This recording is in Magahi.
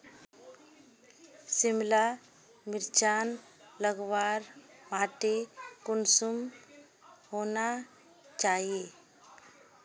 सिमला मिर्चान लगवार माटी कुंसम होना चही?